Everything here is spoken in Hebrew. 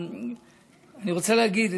אני רוצה להגיד,